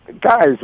guys